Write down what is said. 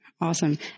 Awesome